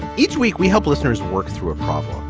each week we help listeners work through a problem